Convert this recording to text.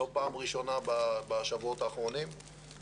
ולא פעם ראשונה בשבועות האחרונים.